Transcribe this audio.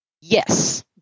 yes